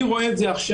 אני רואה את זה עכשיו,